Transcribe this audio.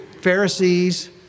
Pharisees